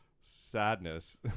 Sadness